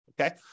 okay